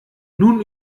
nun